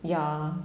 ya